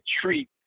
treat